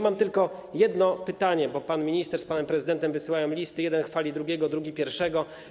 Mam tylko jedno pytanie, bo pan minister z panem prezydentem wysyłają listy, w których jeden chwali drugiego, drugi pierwszego.